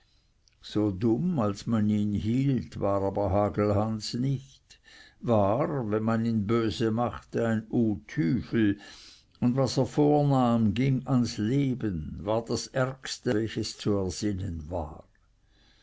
so dumm als man ihn hielt war aber hagelhans nicht war wenn man ihn böse machte ein utüfel und was er vornahm ging ans leben war das ärgste welches zu ersinnen war